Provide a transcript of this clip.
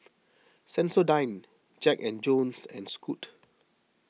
Sensodyne Jack and Jones and Scoot